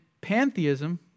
pantheism